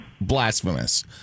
blasphemous